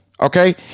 Okay